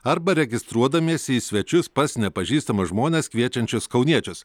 arba registruodamiesi į svečius pas nepažįstamus žmones kviečiančius kauniečius